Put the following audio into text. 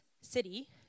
city